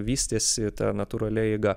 vystėsi ta natūralia eiga